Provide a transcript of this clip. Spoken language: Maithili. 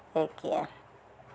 किएकि